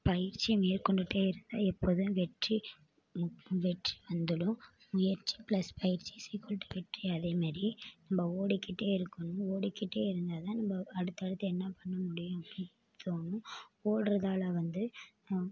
பயிற்சி மேற்கொண்டுட்டே இருந்தால் எப்போதும் வெற்றி ம் ம் வெற்றி வந்துடும் முயற்சி பிளஸ் பயிற்சி இஸ் ஈக்வல் டூ வெற்றி அதேமாரி நம்ம ஓடிக்கிட்டே இருக்கணும் ஓடிக்கிட்டே இருந்தால் தான் நம்ம அடுத்து அடுத்து என்ன பண்ண முடியும் அப்படின் தோணும் ஓடுறதால வந்து